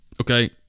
Okay